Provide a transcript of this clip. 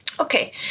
okay